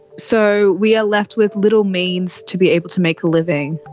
so we are left with little means to be able to make a living.